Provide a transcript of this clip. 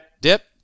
Dip